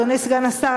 אדוני סגן השר,